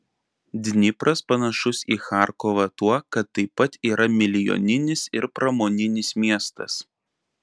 dnipras panašus į charkovą tuo kad taip pat yra milijoninis ir pramoninis miestas